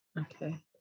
Okay